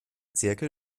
zirkel